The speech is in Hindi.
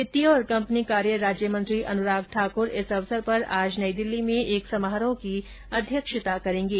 वित्तीय और कंपनी कार्य राज्य मंत्री अनुराग ठाकर इस अवसर पर आज नई दिल्ली में एक समारोह की अध्यक्षता करेंगे